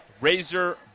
Razor